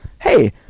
hey